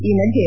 ಈ ಮಧ್ಯೆ